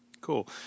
Cool